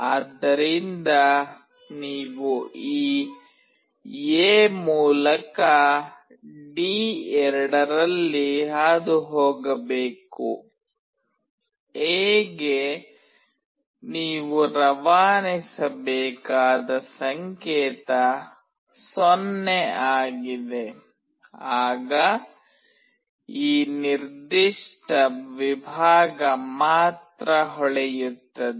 ಆದ್ದರಿಂದ ನೀವು ಈ ಎ ಮೂಲಕ ಡಿ2 ರಲ್ಲಿ ಹಾದುಹೋಗಬೇಕು ಎ ಗೆ ನೀವು ರವಾನಿಸಬೇಕಾದ ಸಂಕೇತ 0 ಆಗಿದೆ ಆಗ ಈ ನಿರ್ದಿಷ್ಟ ವಿಭಾಗ ಮಾತ್ರ ಹೊಳೆಯುತ್ತದೆ